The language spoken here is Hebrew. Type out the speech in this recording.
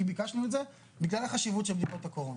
כי ביקשנו את זה בגלל החשיבות של בדיקות הקורונה.